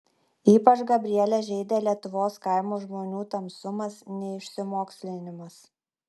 ypač gabrielę žeidė lietuvos kaimo žmonių tamsumas neišsimokslinimas